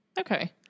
Okay